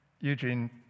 Eugene